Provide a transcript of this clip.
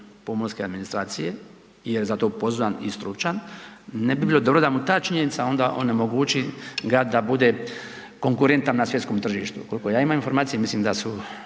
pomorske administracije jer je zato pozvan i stručan, ne bi bilo dobro da mu ta činjenica onda onemogućava ga da bude konkurentan na svjetskom tržištu. Koliko ja imamo informacije, mislim da su